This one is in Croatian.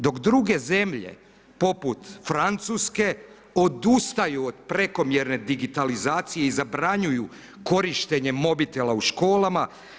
Dok druge zemlje poput Francuske odustaju od prekomjerne digitalizacije i zabranjuju korištenje mobitela u školama.